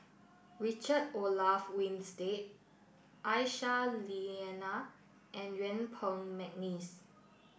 Richard Olaf Winstedt Aisyah Lyana and Yuen Peng McNeice